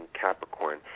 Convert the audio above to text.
Capricorn